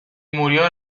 murió